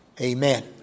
Amen